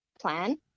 plan